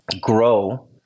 grow